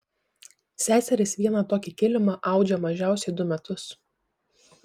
seserys vieną tokį kilimą audžia mažiausiai du metus